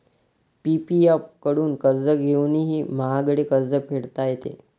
PPF कडून कर्ज घेऊनही महागडे कर्ज फेडता येते